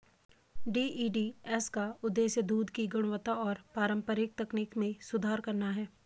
DEDS का उद्देश्य दूध की गुणवत्ता और पारंपरिक तकनीक में सुधार करना है